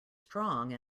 strong